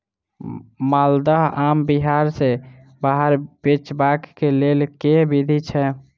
माल्दह आम बिहार सऽ बाहर बेचबाक केँ लेल केँ विधि छैय?